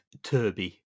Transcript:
Turby